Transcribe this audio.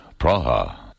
Praha